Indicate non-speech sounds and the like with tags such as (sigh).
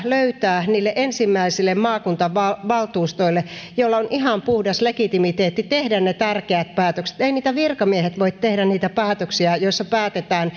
löytää aikaa niille ensimmäisille maakuntavaltuustoille joilla on ihan puhdas legitimiteetti tehdä ne tärkeät päätökset eivät virkamiehet voi tehdä niitä päätöksiä joissa päätetään (unintelligible)